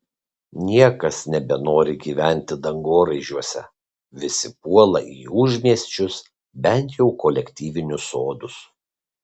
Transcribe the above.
niekas nebenori gyventi dangoraižiuose visi puola į užmiesčius bent jau kolektyvinius sodus